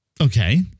Okay